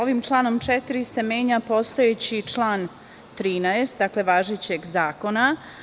Ovim članom 4. se menja postojeći član 13. važećeg zakona.